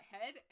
head